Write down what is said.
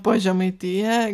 po žemaitiją